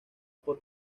por